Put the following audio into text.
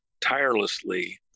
tirelessly